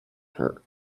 her